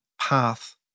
path